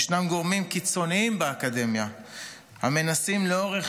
ישנם גורמים קיצוניים באקדמיה המנסים לאורך